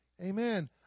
Amen